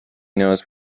knows